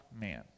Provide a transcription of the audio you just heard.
man